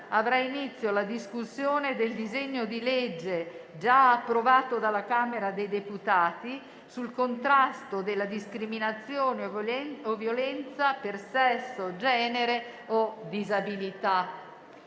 avrà inizio la discussione del disegno di legge, già approvato dalla Camera dei deputati, sul contrasto della discriminazione e della violenza per sesso, genere o disabilità.